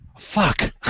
Fuck